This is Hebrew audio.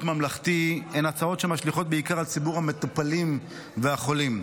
ממלכתי הן הצעות שמשליכות בעיקר על ציבור המטופלים והחולים.